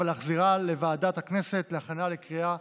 להחזירה לוועדת הכנסת להכנה לקריאה